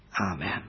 amen